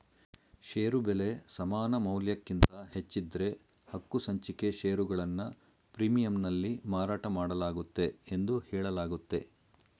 ಷೇರು ಬೆಲೆ ಸಮಾನಮೌಲ್ಯಕ್ಕಿಂತ ಹೆಚ್ಚಿದ್ದ್ರೆ ಹಕ್ಕುಸಂಚಿಕೆ ಷೇರುಗಳನ್ನ ಪ್ರೀಮಿಯಂನಲ್ಲಿ ಮಾರಾಟಮಾಡಲಾಗುತ್ತೆ ಎಂದು ಹೇಳಲಾಗುತ್ತೆ